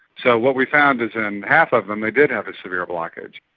so what we found is in half of them they did have a severe blockage,